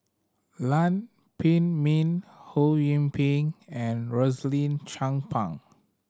Lam Pin Min Ho Yee Ping and Rosaline Chan Pang